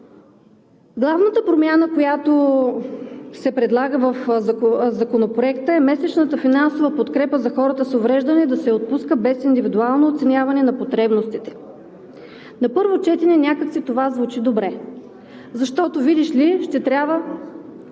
Главната промяна, която се предлага в Законопроекта, е месечната финансова подкрепа за хората с увреждания да се отпуска без индивидуално оценяване на потребностите. На първо четене някак си това звучи добре, защото, видиш ли, ще трябва